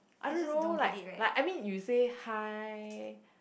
I don't know like like you say hi